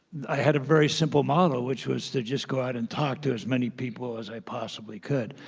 i had a very simple model, which was to just go out and talk to as many people as i possibly could.